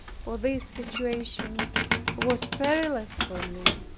for this situation was perilous for me.